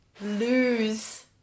lose